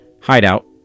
hideout